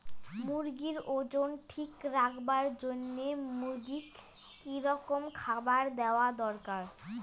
মুরগির ওজন ঠিক রাখবার জইন্যে মূর্গিক কি রকম খাবার দেওয়া দরকার?